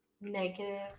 negative